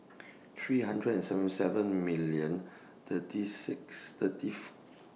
three hundred and seventy seven million thirty six thirty four